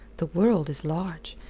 the world is large.